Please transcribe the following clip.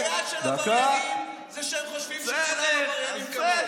הבעיה של עבריינים היא שהם חושבים שכולם עבריינים כמוהם.